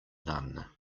none